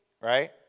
right